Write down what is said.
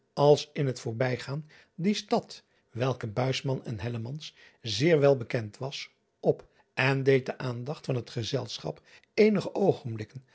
als in het voorbijgaan die stad welke en zeer wel bekend was op en deed de aandacht van het gezelschap eenige oogenblikken